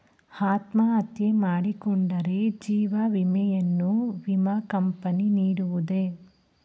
ಅತ್ಮಹತ್ಯೆ ಮಾಡಿಕೊಂಡರೆ ಜೀವ ವಿಮೆಯನ್ನು ವಿಮಾ ಕಂಪನಿ ನೀಡುವುದೇ?